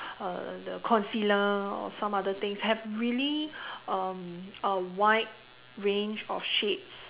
uh the concealer or some other things have really um a wide range of shades